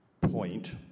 point